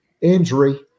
injury